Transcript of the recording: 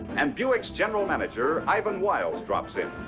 and buick's general manager, ivan wiles, drops in.